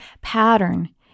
pattern